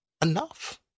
Enough